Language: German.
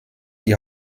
die